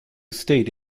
stayed